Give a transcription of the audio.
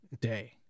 day